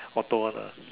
auto one ah